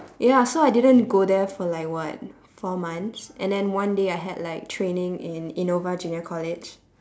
ya so I didn't go there for like what four months and then one day I had like training in innova junior college